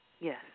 Yes